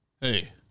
Hey